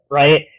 right